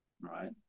right